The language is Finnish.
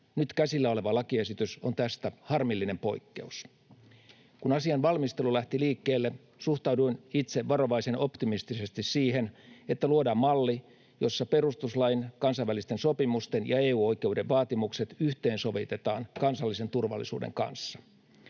Nyt käsillä oleva lakiesitys on tästä harmillinen poikkeus. Kun asian valmistelu lähti liikkeelle, suhtauduin itse varovaisen optimistisesti siihen, että luodaan malli, jossa perustuslain, kansainvälisten sopimusten ja EU-oikeuden vaatimukset yhteensovitetaan kansallisen turvallisuuden kanssa.